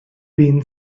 been